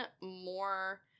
more